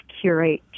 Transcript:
curate